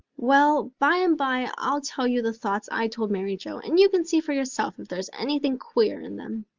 well, by and by i'll tell you the thoughts i told mary joe and you can see for yourself if there's anything queer in them,